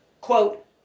quote